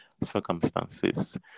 circumstances